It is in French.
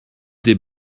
des